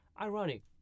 ironic